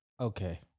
Okay